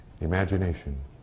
imagination